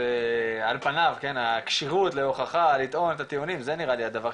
--- על פניו הכשירות להוכחה לטעון את הטיעונים זה נראה לי הדבר,